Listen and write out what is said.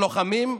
של לוחמים,